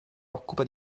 occupa